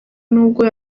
nubwo